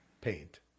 paint